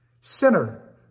Sinner